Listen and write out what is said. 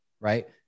Right